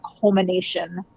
culmination